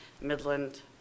Midland